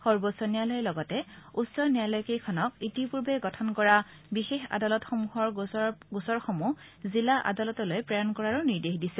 সৰ্বোচ্চ ন্যায়ালয়ে লগতে উচ্চ ন্যায়ালয় কেইখনক ইতিপূৰ্বে গঠন কৰা বিশেষ আদালত সমূহৰ পৰা গোচৰসমূহ জিলা আদালতলৈ প্ৰেৰণ কৰাৰো নিৰ্দেশ দিছে